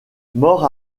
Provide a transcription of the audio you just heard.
mort